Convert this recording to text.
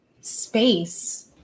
space